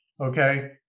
okay